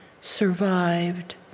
survived